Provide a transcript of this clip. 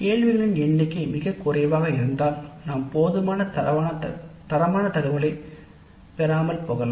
கேள்விகளின் எண்ணிக்கை மிகக் குறைவாக இருந்தால் நாம் போதுமான தரமான டேட்டாவை பெறாமல் போகலாம